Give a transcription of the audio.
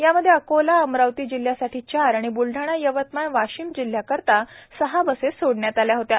यामध्ये अकोला अमरावती जिल्ह्यासाठी चार व ब्लडाणा यवतमाळ वाशिम जिल्ह्याकरीता सहा बसेस सोडण्यात आल्या होत्या